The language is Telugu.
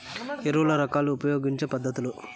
ఎరువుల రకాలు ఉపయోగించే పద్ధతులు?